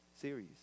series